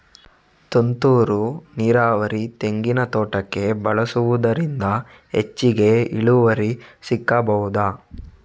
ತುಂತುರು ನೀರಾವರಿ ತೆಂಗಿನ ತೋಟಕ್ಕೆ ಬಳಸುವುದರಿಂದ ಹೆಚ್ಚಿಗೆ ಇಳುವರಿ ಸಿಕ್ಕಬಹುದ?